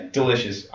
delicious